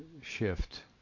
shift